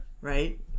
Right